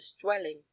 dwelling